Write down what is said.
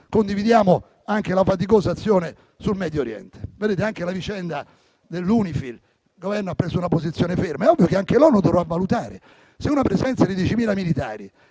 Condividiamo anche la faticosa azione sul Medio Oriente. Anche sulla vicenda dell'UNIFIL il Governo ha preso una posizione ferma. È ovvio che anche l'ONU dovrà valutare se una presenza di 10.000 militari,